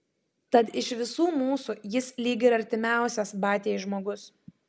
tad iš visų mūsų jis lyg ir artimiausias batiai žmogus